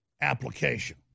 application